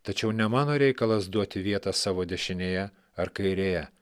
tačiau ne mano reikalas duoti vietą savo dešinėje ar kairėje